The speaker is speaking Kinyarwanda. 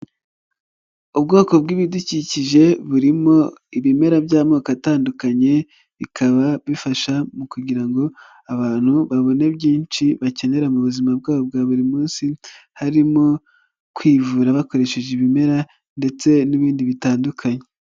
Ubwoko bw'ibidukikije burimo ibimera by'amoko atandukanye bikaba bifasha mu kugira ngo abantu babone byinshi bakenera mu buzima bwabo bwa buri munsi, harimo kwivura bakoresheje ibimera ndetse n'ibindi bitandukanye.